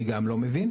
אני לא מבין.